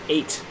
Eight